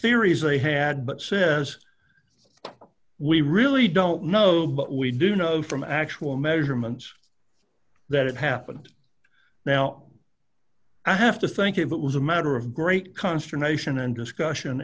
seriously had but says we really don't know but we do know from actual measurements that it happened now i have to thank you that was a matter of great consternation and discussion